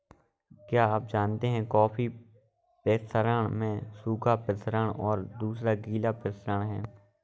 क्या आप जानते है कॉफ़ी प्रसंस्करण में सूखा प्रसंस्करण और दूसरा गीला प्रसंस्करण है?